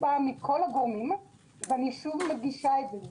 פעם מכל הגורמים ואני שוב מדגישה את זה.